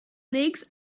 legs